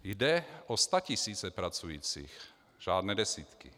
Jde o statisíce pracujících, žádné desítky.